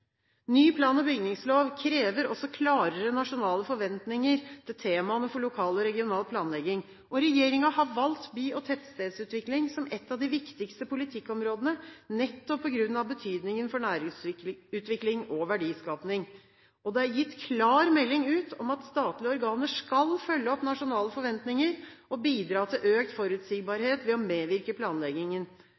Ny plan- og bygningslov krever også klarere nasjonale forventninger til temaene for lokal og regional planlegging. Regjeringen har valgt by- og tettstedsutvikling som et av de viktigste politikkområdene, nettopp på grunn av betydningen for næringsutvikling og verdiskaping. Det er gitt klar melding ut om at statlige organer skal følge opp nasjonale forventninger og bidra til økt forutsigbarhet ved å medvirke i planleggingen.